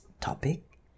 topic